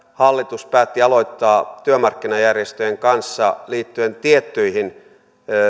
hallitus päätti aloittaa vuoropuhelun työmarkkinajärjestöjen kanssa liittyen tiettyihin